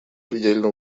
предельно